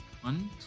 One